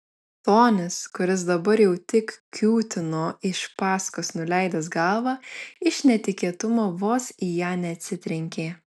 tonis kuris dabar jau tik kiūtino iš paskos nuleidęs galvą iš netikėtumo vos į ją neatsitrenkė